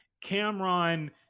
Cameron